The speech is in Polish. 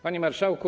Panie Marszałku!